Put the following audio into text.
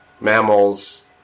mammals